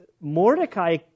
Mordecai